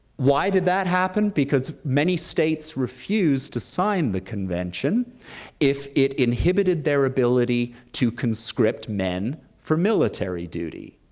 why did that happen? because many states refused to sign the convention if it inhibited their ability to conscript men for military duty.